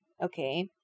Okay